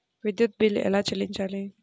విద్యుత్ బిల్ ఎలా చెల్లించాలి?